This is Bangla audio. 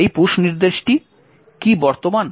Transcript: এই পুশ নির্দেশটি কি বর্তমান